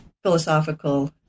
philosophical